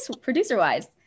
producer-wise